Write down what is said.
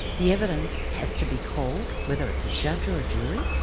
the evidence has to be called, whether it's a judge or a jury.